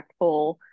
impactful